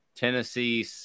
Tennessee